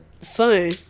son